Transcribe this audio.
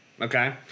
okay